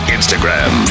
Instagram